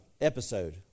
episode